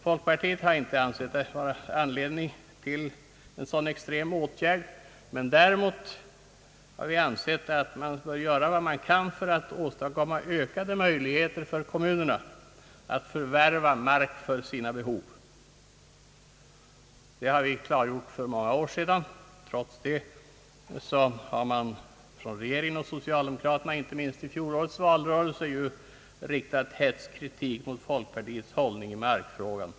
Folkpartiet har inte ansett att det finns anledning till en sådan extrem åtgärd, men däremot har vi ansett att man bör göra vad man kan för att åstadkomma ökade möjligheter för kommunerna att förvärva mark för sina be hov. Det har vi klargjort för många år sedan. Trots det har regeringen och socialdemokraterna, inte minst vid fjolårets valrörelse, riktat hätsk kritik mot folkpartiets hållning i markfrågan.